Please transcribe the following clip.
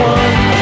one